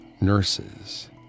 Nurses